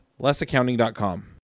lessaccounting.com